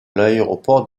l’aéroport